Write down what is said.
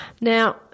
Now